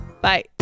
Bye